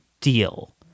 deal